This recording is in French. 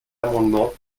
amendement